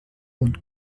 und